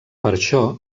això